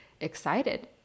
excited